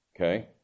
Okay